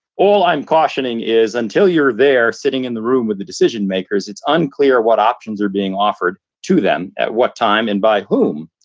all i'm cautioning is until you're there sitting in the room with the decision makers, it's unclear what options are being offered to them at what time and by whom.